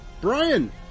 Brian